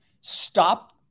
stop